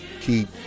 keep